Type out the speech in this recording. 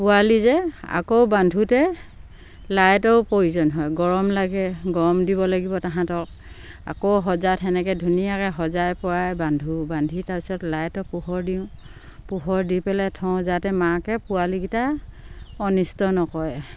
পোৱালি যে আকৌ বান্ধোতে লাইটৰ প্ৰয়োজন হয় গৰম লাগে গৰম দিব লাগিব তাহাঁতক আকৌ সজাত সেনেকে ধুনীয়াকে সজাই পৰাই বান্ধো বান্ধি তাৰপিছত লাইটৰ পোহৰ দিওঁ পোহৰ দি পেলাই থওঁ যাতে মাকে পোৱালিকিটা অনিষ্ট নকৰে